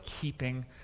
keeping